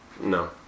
No